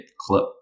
clip